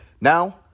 Now